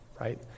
right